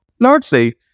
Largely